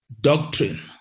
doctrine